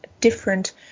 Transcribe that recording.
different